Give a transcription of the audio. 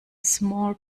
small